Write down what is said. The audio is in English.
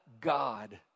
God